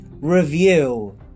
Review